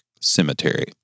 cemetery